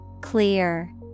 Clear